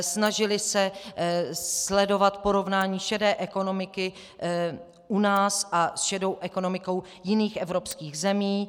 Snažili se sledovat porovnání šedé ekonomiky u nás s šedou ekonomikou jiných evropských zemí.